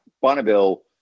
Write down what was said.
Bonneville